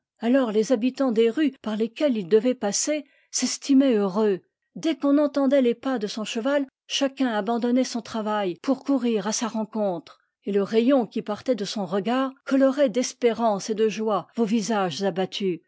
alors les habi tants des rues par lesquelles il devait passer s'estimaient heureux dès qu'on entendait les pas de son cheval chacun abandonnait son travail pour courir à sa rencontre et le rayon qui partait de son regard colorait d'espérance et de joie vos visages abattus